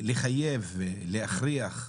לחייב, להכריח,